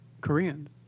Korean